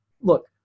Look